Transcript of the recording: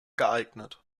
geeignet